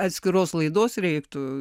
atskiros laidos reiktų